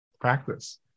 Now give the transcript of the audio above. practice